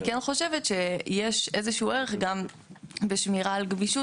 אני כן חושבת שיש איזה שהוא ערך גם בשמירה על גמישות